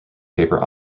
paper